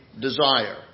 desire